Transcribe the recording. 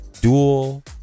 dual